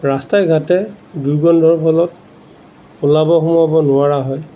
ৰাস্তাই ঘাটে দূৰ্গন্ধৰ ফলত ওলাব সোমাব নোৱাৰা হয়